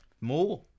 More